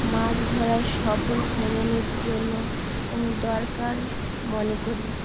মাছ ধরার সফল ভ্রমণের জন্য দরকার মনে করি